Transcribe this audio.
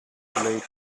delayed